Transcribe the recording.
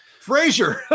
frazier